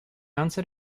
onset